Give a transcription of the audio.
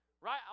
Right